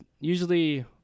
usually